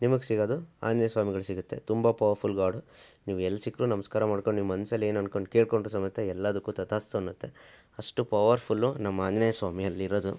ನಿಮಗೆ ಸಿಗೋದು ಆಂಜನೇಯ ಸ್ವಾಮಿಗಳು ಸಿಗುತ್ತೆ ತುಂಬ ಪವರ್ಫುಲ್ ಗಾಡು ನೀವು ಎಲ್ಲಿ ಸಿಕ್ಕರೂ ನಮಸ್ಕಾರ ಮಾಡ್ಕೊಂಡು ನಿಮ್ಮ ಮನ್ಸಲ್ಲಿ ಏನು ಅಂದ್ಕೊಂಡು ಕೇಳ್ಕೊಂಡ್ರು ಸಮೇತ ಎಲ್ಲದಕ್ಕು ತಥಾಸ್ತು ಅನ್ನುತ್ತೆ ಅಷ್ಟು ಪವರ್ಫುಲ್ಲು ನಮ್ಮ ಆಂಜನೇಯ ಸ್ವಾಮಿ ಅಲ್ಲಿರೊದು